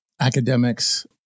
academics